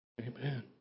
amen